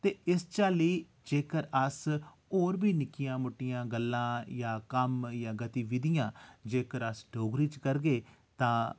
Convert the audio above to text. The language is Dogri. ते एस चाल्ली जेकर अस्स होर बी निक्कियां मुट्टियां गल्लां जां कम्म जां गतिविधियां जेकर अस डोगरी च करगे तां